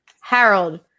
Harold